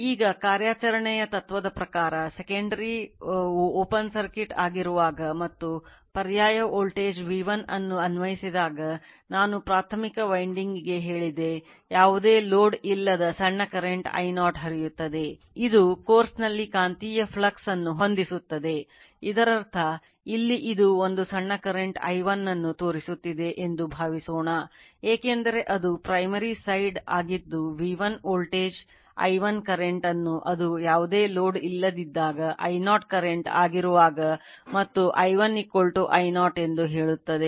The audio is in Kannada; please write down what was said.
ಈಗ ಕಾರ್ಯಾಚರಣೆಯ ತತ್ವದ ಪ್ರಕಾರ secondary ವಾಗಿದ್ದು V1 ವೋಲ್ಟೇಜ್ I1 ಕರೆಂಟ್ ಅನ್ನು ಅದು ಯಾವುದೇ ಲೋಡ್ ಇಲ್ಲದಿದ್ದಾಗ I0 ಕರೆಂಟ್ ಆಗಿರುವಾಗ ಮತ್ತು I1 I0 ಎಂದು ಹೇಳುತ್ತದೆ